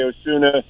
Osuna